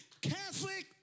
Catholic